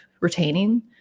retaining